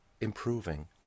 improving